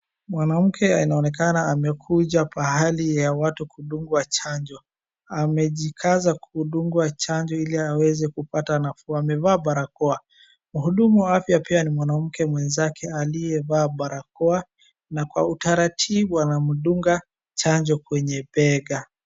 Mwanamke anaonekana amekuja pahali ya watu kudungwa chanjo. Amejikaza kudungwa chanjo ili aweze kupata nafuu, amevaa barakoa. Mhudumu wa afya pia ni mwanamke mwenzake aliyevaa barakoa na kwa utaratibu anamdunga chanjo kwenye bega.